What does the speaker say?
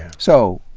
so,